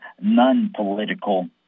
non-political